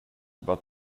about